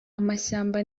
amashyamba